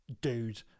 dude